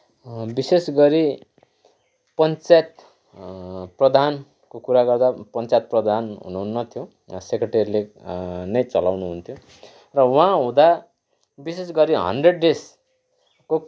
विशेष गरी पञ्चायत प्रधानको कुरा गर्दा पञ्चायत प्रधान हुनुहुन्न थियो सेक्रेटेरीले नै चलाउनु हुन्थ्यो र उहाँ हुँदा विशेषगरी हन्ड्रेड डेजको